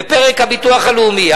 בפרק הביטוח הלאומי,